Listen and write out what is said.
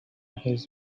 his